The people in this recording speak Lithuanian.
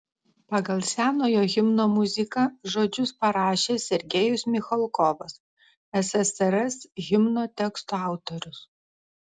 pagal senojo himno muziką žodžius parašė sergejus michalkovas ssrs himno teksto autorius